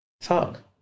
Fuck